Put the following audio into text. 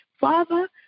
Father